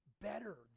better